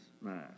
man